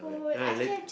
okay then I'm late